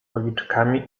policzkami